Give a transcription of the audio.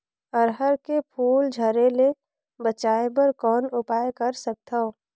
अरहर के फूल झरे ले बचाय बर कौन उपाय कर सकथव?